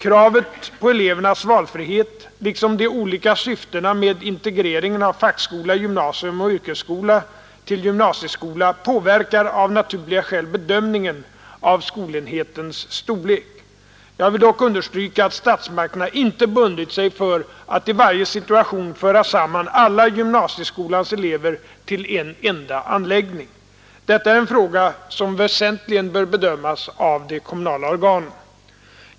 Kravet på elevernas valfrihet liksom de olika syftena med integreringen av fackskola, gymnasium och yrkesskola till gymnasieskola påverkar av naturliga skäl bedömningen av skolenhetens storlek. Jag vill dock understryka att statsmakterna inte bundit sig för att i varje situation föra samman alla gymnasieskolans elever till en enda anläggning. Detta är en fråga som väsentligen bör bedömas av de kommunala organen.